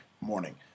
morning